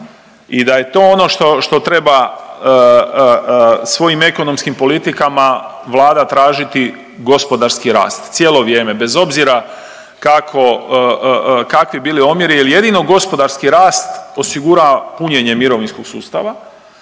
I da je to ono što treba svojim ekonomskim politikama vlada tražiti gospodarski rast, cijelo vrijeme bez obzira kako, kakvi bili omjeri jer jedino gospodarski rast osigura punjenje mirovinskog sustava